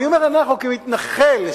אני אומר "אנחנו" כמתנחל,